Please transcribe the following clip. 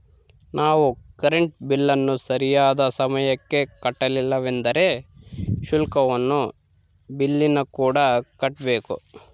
ನಾವು ಕರೆಂಟ್ ಬಿಲ್ಲನ್ನು ಸರಿಯಾದ ಸಮಯಕ್ಕೆ ಕಟ್ಟಲಿಲ್ಲವೆಂದರೆ ಶುಲ್ಕವನ್ನು ಬಿಲ್ಲಿನಕೂಡ ಕಟ್ಟಬೇಕು